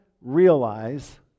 realize